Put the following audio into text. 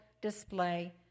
display